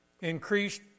increased